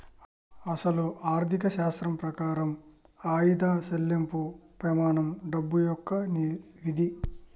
అసలు ఆర్థిక శాస్త్రం ప్రకారం ఆయిదా సెళ్ళింపు పెమానం డబ్బు యొక్క విధి